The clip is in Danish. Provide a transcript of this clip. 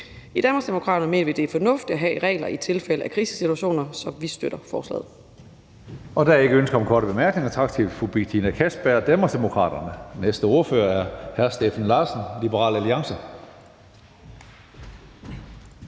I Danmarksdemokraterne mener vi, det er fornuftigt at have regler i tilfælde af krisesituationer, så vi støtter forslaget.